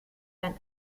ein